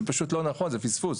זה פשוט לא נכון, זה פספוס.